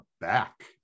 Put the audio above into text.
back